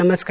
नमस्कार